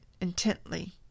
intently